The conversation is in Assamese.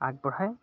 আগবঢ়াই